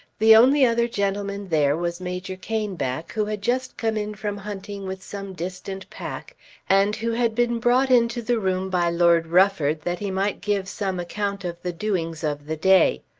the only other gentleman there was major caneback, who had just come in from hunting with some distant pack and who had been brought into the room by lord rufford that he might give some account of the doings of the day.